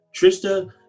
Trista